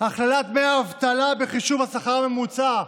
החלת דמי האבטלה בחישוב השכר הממוצע,